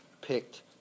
picked